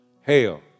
hail